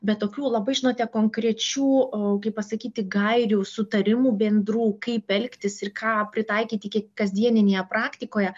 bet tokių labai žinote konkrečių kaip pasakyti gairių sutarimų bendrų kaip elgtis ir ką pritaikyti kiek kasdieninėje praktikoje